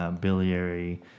biliary